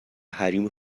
حریم